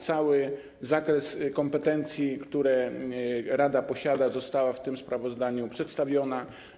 Cały zakres kompetencji, które posiada rada, został w tym sprawozdaniu przedstawiony.